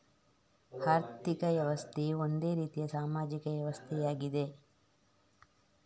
ಆರ್ಥಿಕ ವ್ಯವಸ್ಥೆಯು ಒಂದು ರೀತಿಯ ಸಾಮಾಜಿಕ ವ್ಯವಸ್ಥೆಯಾಗಿದೆ